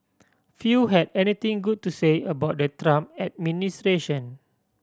few had anything good to say about the Trump administration